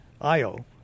Io